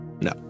No